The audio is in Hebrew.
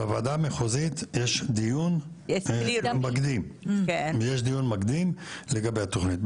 בוועדה המחוזית יש דיון מקדים לגבי התוכנית.